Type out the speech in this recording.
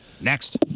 Next